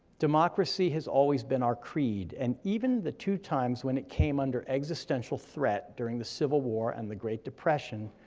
democracy has always been our creed, and even the two times when it came under existential threat during the civil war and the great depression,